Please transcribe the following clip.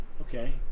okay